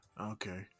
Okay